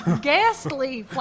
ghastly